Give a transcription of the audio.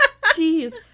Jeez